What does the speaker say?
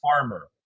farmer